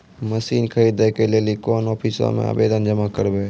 Machine खरीदै के लेली कोन आफिसों मे आवेदन जमा करवै?